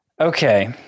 Okay